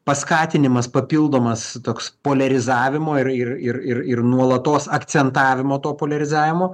paskatinimas papildomas toks poliarizavimo ir ir ir ir ir nuolatos akcentavimo to poliarizavimo